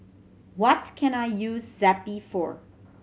what can I use Zappy for